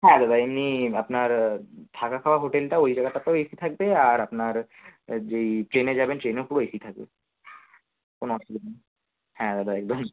হ্যাঁ দাদা এমনি আপনার থাকা খাওয়া হোটেলটা ওই জায়গাটাতো এসি থাকবে আর আপনার যেই ট্রেনে যাবেন ট্রেনেও পুরো এসি থাকবে কোনো অসুবিধা নেই হ্যাঁ দাদা একদমই